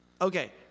Okay